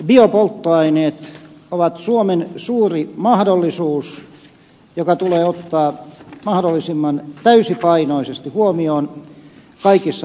biopolttoaineet ovat suomen suuri mahdollisuus joka tulee ottaa mahdollisimman täysipainoisesti huomioon kaikissa muodoissaan